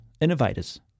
innovators